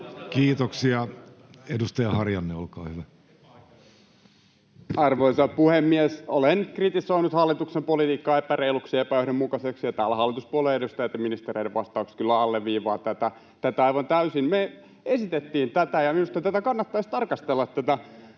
Kiitoksia. — Edustaja Harjanne, olkaa hyvä. Arvoisa puhemies! Olen kritisoinut hallituksen politiikkaa epäreiluksi ja epäjohdonmukaiseksi, ja täällä hallituspuolueiden edustajien ja ministereiden vastaukset kyllä alleviivaavat tätä aivan täysin. Me esitettiin tätä,